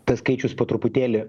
tas skaičius po truputėlį